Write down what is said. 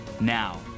Now